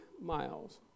miles